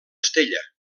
estella